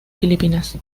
filipinas